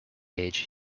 age